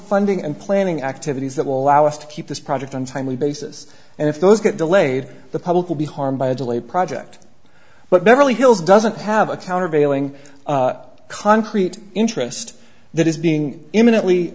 funding and planning activities that will allow us to keep this project on timely basis and if those get delayed the public will be harmed by a delay project but beverly hills doesn't have a countervailing concrete interest that is being imminently